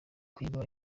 kuyigura